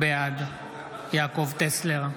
בעד יעקב טסלר,